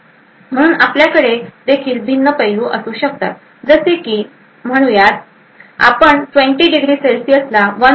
म्हणून आपल्याकडे देखील भिन्न पैलू असू शकतात जसे की असे म्हणूयात की आपण 20 डिग्री सेल्सिअसला 1